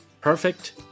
perfect